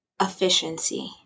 efficiency